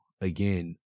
again